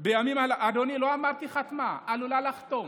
--- אדוני, לא אמרתי שחתמה, עלולה לחתום.